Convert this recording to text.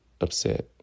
upset